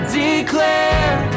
declare